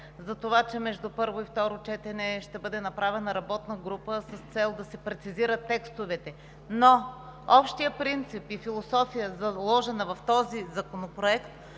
за това, че между първо и второ четене ще бъде направена работна група с цел да се прецизират текстовете. Но общият принцип и философия, заложена в този законопроект,